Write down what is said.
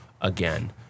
again